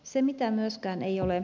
se mitä myöskään ei ole